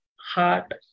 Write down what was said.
heart